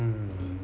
mm